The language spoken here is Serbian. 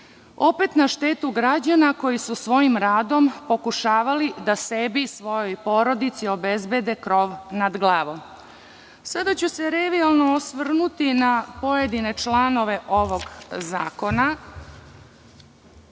opet na štetu građana koji su svojim radom pokušavali da sebi i svojoj porodici obezbede krov nad glavom. Sada ću se revijalno osvrnuti na pojedine članove ovog zakona.